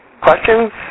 Questions